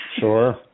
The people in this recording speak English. sure